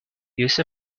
use